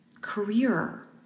career